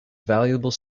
valuable